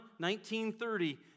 19.30